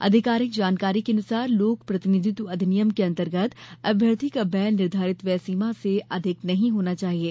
आधिकारिक जानकारी के अनुसार लोक प्रतिनिधित्व अधिनियम के अंतर्गत अभ्यर्थी का व्यय निर्धारित व्यय सीमा से अधिक नहीं होना चाहिये